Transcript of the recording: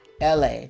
LA